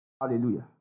Hallelujah